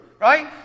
right